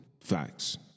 facts